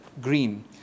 green